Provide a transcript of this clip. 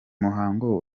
muhango